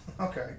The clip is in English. Okay